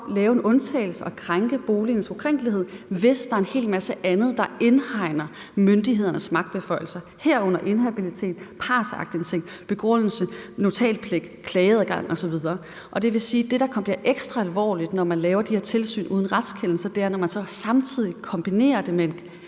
gøre en undtagelse og overskride boligens ukrænkelighed, hvis der er en hel masse andet, der indhegner myndighedernes magtbeføjelser, herunder inhabilitet, partsaktindsigt, begrundelse, notatpligt, klageadgang osv. Det vil sige, at det, der bliver ekstra alvorligt, når man laver de her tilsyn uden retskendelse, er, når man samtidig kombinerer det med